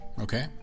okay